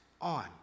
on